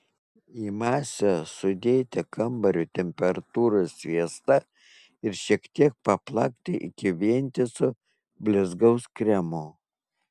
į masę sudėti kambario temperatūros sviestą ir šiek tiek paplakti iki vientiso blizgaus kremo